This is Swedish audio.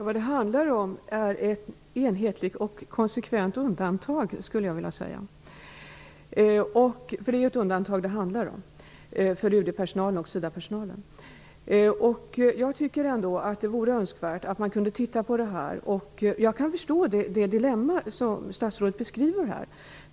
Fru talman! Jag skulle vilja säga att det handlar om ett enhetligt och konsekvent undantag. Det handlar ju om ett undantag för UD och SIDA-personalen. Jag tycker att det vore önskvärt att man tittar på detta. Jag kan förstå det dilemma som statsrådet beskriver här.